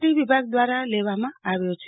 T વિભાગ દ્વારા લેવામાં આવ્યો છે